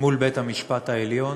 מול בית-המשפט העליון,